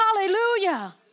Hallelujah